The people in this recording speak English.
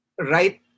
right